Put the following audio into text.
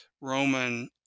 Roman